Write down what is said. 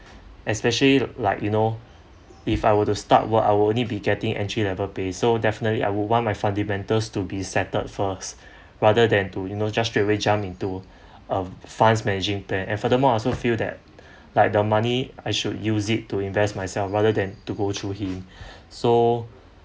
especially like you know if I were to start work I will only be getting entry level pay so definitely I would want my fundamentals to be settled first rather than to you know just straight away jump into um funds managing plan and furthermore I also feel that like the money I should use it to invest myself rather than to go through him so